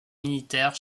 militaires